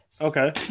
Okay